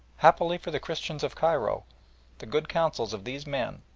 happily for the christians of cairo the good counsels of these men,